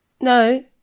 No